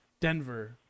Denver